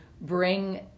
bring